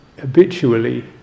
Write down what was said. habitually